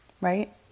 right